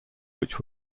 which